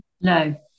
No